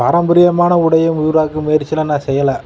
பாரம்பரியமான உடையை உருவாக்கும் முயற்சிலாம் நான் செய்யலை